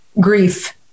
grief